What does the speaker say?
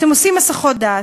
אתם עושים הסחות דעת,